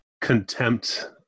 contempt